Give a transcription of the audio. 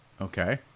okay